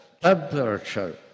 temperature